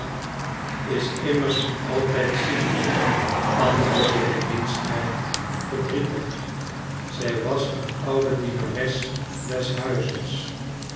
is immers nog altijd ziek antwoordde de dienstmeid verdrietig zij was een oude dienares des huizes